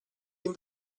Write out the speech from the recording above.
ihm